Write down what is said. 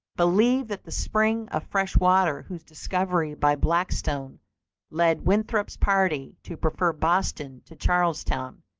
believe that the spring of fresh water whose discovery by blackstone led winthrop's party to prefer boston to charlestown,